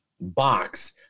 box